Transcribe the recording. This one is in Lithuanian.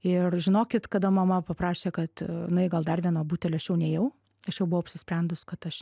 ir žinokit kada mama paprašė kad nueik gal dar vieno butelio aš jau nėjau aš jau buvau apsisprendus kad aš